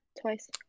twice